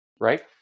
right